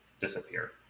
disappear